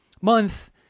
month